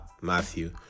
Matthew